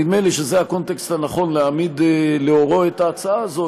נדמה לי שזה הקונטקסט הנכון להעמיד לאורו את ההצעה הזאת,